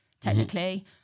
technically